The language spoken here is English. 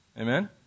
Amen